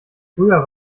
früher